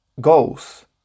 goals